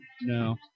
No